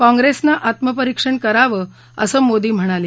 काँग्रेसनं आत्मपरीक्षण करावं असं मोदी म्हणाले